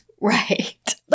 Right